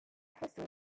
history